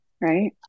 Right